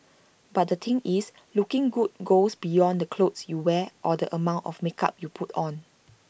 but the thing is looking good goes beyond the clothes you wear or the amount of makeup you put on